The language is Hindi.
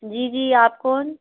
जी जी आप कौन